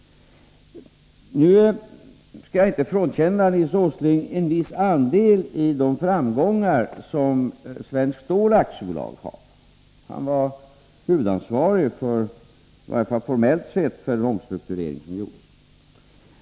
Nu skall jag inte frånkänna Nils Åsling en viss andel i de framgångar som Svenskt Stål AB har. Nils Åsling var huvudansvarig, i varje fall formellt sett, för den omstrukturering som gjordes.